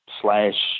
slash